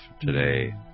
today